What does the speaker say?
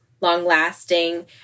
long-lasting